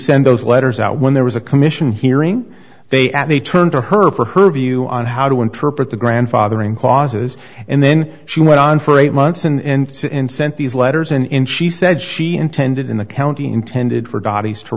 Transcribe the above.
send those letters out when there was a commission hearing they add they turned to her for her view on how to interpret the grandfathering clauses and then she went on for eight months and since sent these letters and in she said she intended in the county intended for